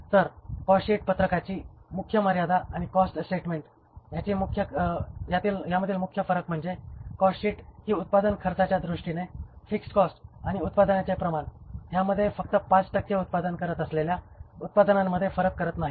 तर कॉस्टशीट पत्रकाची मुख्य मर्यादा आणि कॉस्ट स्टेटमेंट यामधील मुख्य फरक म्हणजे कॉस्टशीट ही उत्पादन खर्चाच्या दृष्टीने फिक्स्ड कॉस्ट आणि उत्पादनाचे प्रमाण ह्या मध्ये फक्त 5 टक्के उत्पादन करत असलेल्या उत्पादनांमध्ये फरक करत नाही